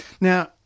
Now